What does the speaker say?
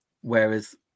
whereas